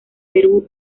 perú